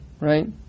right